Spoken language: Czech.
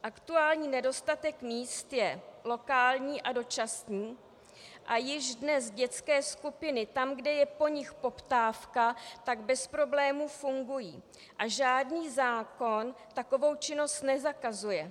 Aktuální nedostatek míst je lokální a dočasný a již dnes dětské skupiny tam, kde je po nich poptávka, bez problémů fungují a žádný zákon takovou činnost nezakazuje.